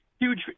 Huge